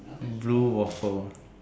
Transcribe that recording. blue waffle